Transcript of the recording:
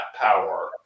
power